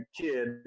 kid